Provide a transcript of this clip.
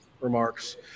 remarks